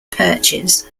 perches